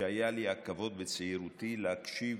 שהיה לי הכבוד בצעירותי להקשיב